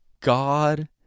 God